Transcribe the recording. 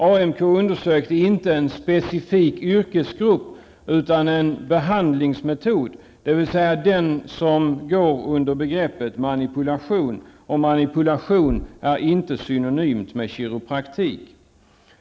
AMK undersökte inte en specifik yrkesgrupp utan en behandlingsmetod, dvs. den som går under begreppet manipulation -- och manipulation är inte synonymt med kiropraktik.